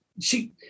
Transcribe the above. see